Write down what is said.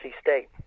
State